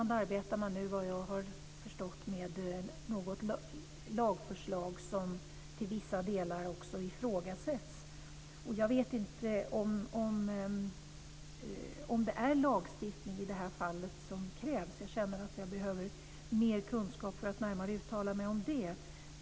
Vad jag har förstått arbetar man nu i England med ett lagförslag som till vissa delar ifrågasätts. Jag vet inte om det är lagstiftning som krävs i det här fallet. Jag känner att jag behöver mer kunskap för att närmare kunna uttala mig om det.